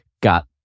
got